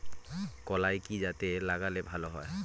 কলাই কি জাতে লাগালে ভালো হবে?